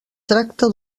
tracta